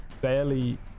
barely